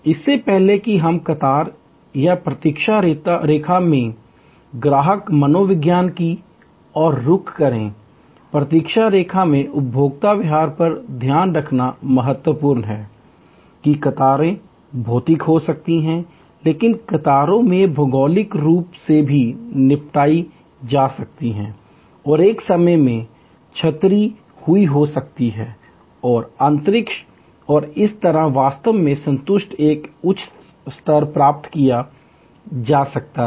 इससे पहले कि हम कतार या प्रतीक्षा रेखा में ग्राहक मनोविज्ञान की ओर रुख करें प्रतीक्षा रेखा में उपभोक्ता व्यवहार यह ध्यान रखना महत्वपूर्ण है कि कतारें भौतिक हो सकती हैं लेकिन कतारें भौगोलिक रूप से भी निपटाई जा सकती हैं और एक समय में और अंतरिक्ष में और इस तरह वास्तव में संतुष्टि का एक उच्च स्तर प्राप्त किया जा सकता है